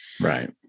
right